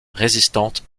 résistante